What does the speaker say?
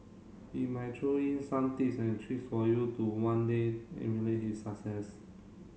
he might throw in some tips and tricks for you to one day emulate his success